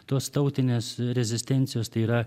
tos tautinės rezistencijos tai yra